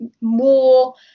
more